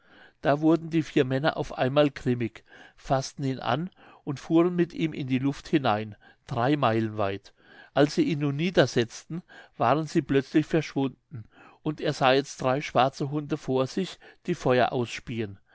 da wurden die vier männer auf einmal grimmig faßten ihn an und fuhren mit ihm in die luft hinein drei meilen weit als sie ihn nun niedersetzten waren sie plötzlich verschwunden und er sah jetzt drei schwarze hunde vor sich die feuer ausspieen